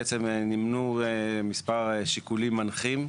בעצם נימנו מספר שיקולים מנחים,